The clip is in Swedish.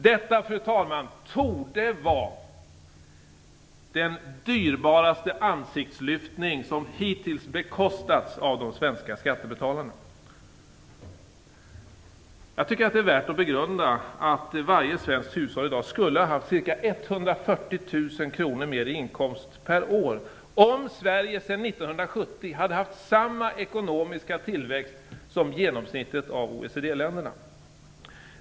Detta, fru talman, torde vara den dyrbaraste ansiktslyftning som hittills har bekostats av de svenska skattebetalarna. Det är värt att begrunda att varje svenskt hushåll i dag skull ha haft ca 140 000 kr mer i inkomst per år om Sverige sedan 1970 hade haft samma ekonomiska tillväxt som genomsnittet av OECD-länderna.